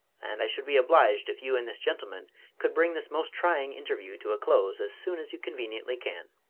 and i should be obliged if you and this gentleman could bring this most trying interview to a close as soon as you conveniently can.